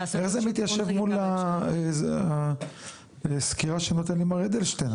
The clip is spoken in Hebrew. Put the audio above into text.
לעשות --- איך זה מתיישב מול הסקירה שנתן לי מר אדלשטיין,